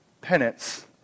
penance